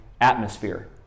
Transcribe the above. atmosphere